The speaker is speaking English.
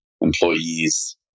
employees